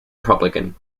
republican